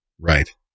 right